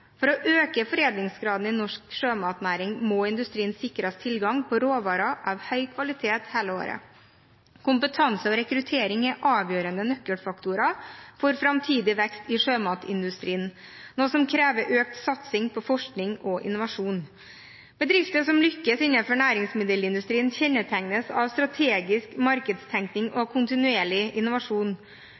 For å øke foredlingsgraden i norsk sjømatnæring må industrien sikres tilgang på råvarer av høy kvalitet hele året. Kompetanse og rekruttering er avgjørende nøkkelfaktorer for framtidig vekst i sjømatindustrien, noe som krever økt satsing på forskning og innovasjon. Bedrifter som lykkes innenfor næringsmiddelindustrien, kjennetegnes av strategisk markedstenkning og kontinuerlig innovasjon.